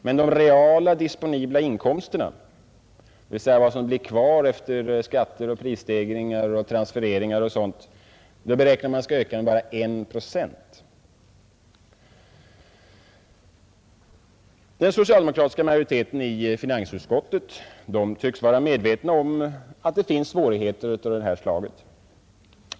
Men de reala disponibla inkomsterna, dvs. det som blir kvar efter skatter och prisstegringar, transfereringar och sådant, beräknas öka med bara 1 procent. Den socialdemokratiska majoriteten i finansutskottet tycks vara medveten om att det finns svårigheter av det här slaget.